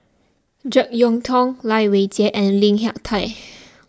Jek Yeun Thong Lai Weijie and Lim Hak Tai